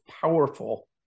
powerful